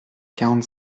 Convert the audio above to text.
quarante